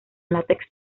látex